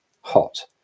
hot